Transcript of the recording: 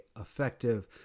effective